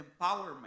empowerment